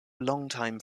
longtime